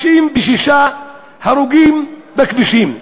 56 הרוגים בכבישים.